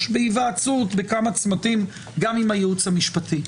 בהיוועצות בכמה צמתים גם עם הייעוץ המשפטי.